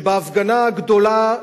שבהפגנה הגדולה,